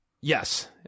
Yes